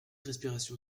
respiration